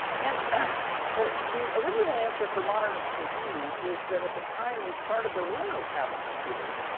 and ah the original answer for modernist cuisine is that at the time we started, there were no tablet computers,